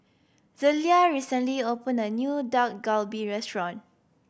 Zelia recently opened a new Dak Galbi Restaurant